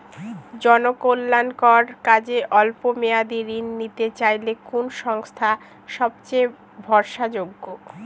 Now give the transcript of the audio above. জনকল্যাণকর কাজে অল্প মেয়াদী ঋণ নিতে চাইলে কোন সংস্থা সবথেকে ভরসাযোগ্য?